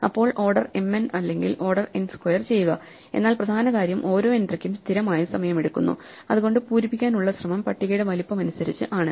അപ്പോൾ order mn അല്ലെങ്കിൽ order n square ചെയ്യുക എന്നാൽ പ്രധാന കാര്യം ഓരോ എൻട്രിക്കും സ്ഥിരമായ സമയമെടുക്കുന്നു അതുകൊണ്ടു പൂരിപ്പിക്കാൻ ഉള്ള ശ്രമം പട്ടികയുടെ വലുപ്പം അനുസരിച്ച് ആണ്